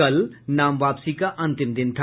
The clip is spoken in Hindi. कल नाम वापसी का अंतिम दिन था